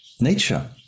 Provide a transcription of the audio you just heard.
nature